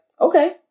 okay